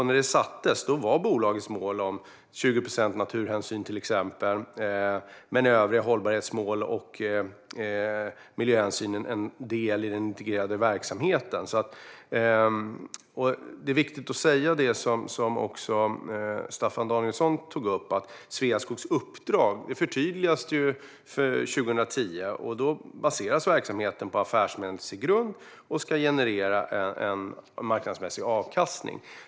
När det sattes var bolagets mål om 20 procent naturhänsyn men även övriga hållbarhetsmål och miljöhänsyn en del i den integrerade verksamheten. Det är viktigt att säga det som Staffan Danielsson tog upp - att Sveaskogs uppdrag förtydligades 2010. Nu baseras verksamheten på en affärsmässig grund och ska generera marknadsmässig avkastning.